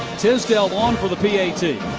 tisdale on for the p a t.